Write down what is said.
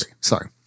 sorry